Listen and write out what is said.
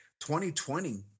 2020